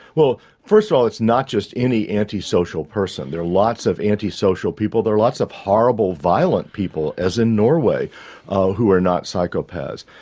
first of all it's not just any antisocial person. there are lots of antisocial people. there are lots of horrible violent people as in norway who are not psychopaths.